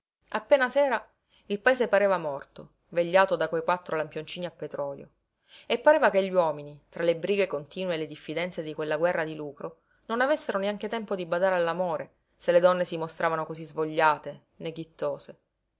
appena sera il paese pareva morto vegliato da quei quattro lampioncini a petrolio e pareva che gli uomini tra le brighe continue e le diffidenze di quella guerra di lucro non avessero neanche tempo di badare all'amore se le donne si mostravano cosí svogliate neghittose